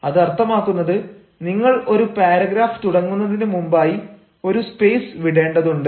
അത് അർത്ഥമാക്കുന്നത് നിങ്ങൾ ഒരു പാരഗ്രാഫ് തുടങ്ങുന്നതിനു മുമ്പായി ഒരു സ്പേസ് വിടേണ്ടതുണ്ട്